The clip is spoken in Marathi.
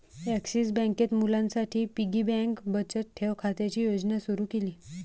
ॲक्सिस बँकेत मुलांसाठी पिगी बँक बचत ठेव खात्याची योजना सुरू केली